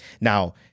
Now